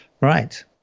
Right